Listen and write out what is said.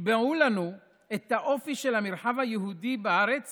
יקבעו לנו את האופי של המרחב היהודי בארץ